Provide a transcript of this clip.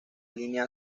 línea